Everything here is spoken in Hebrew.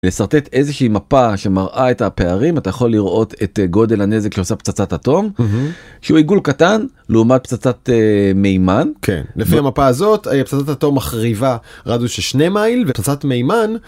לשרטט איזה שהיא מפה שמראה את הפערים אתה יכול לראות את גודל הנזק שעושה פצצת אטום שהוא עיגול קטן לעומת פצצת מימן, כן, לפי המפה הזאת פצצת אטום מחריבה רדיוס שני מייל ופצצת מימן...